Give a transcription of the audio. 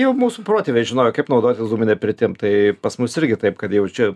jau mūsų protėviai žinojo kaip naudotis dūmine pirtim tai pas mus irgi taip kad jau čia